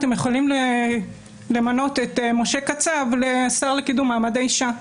תוכלו למנות את משה קצב לשר לקידום מעמד האישה.